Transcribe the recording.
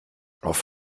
auf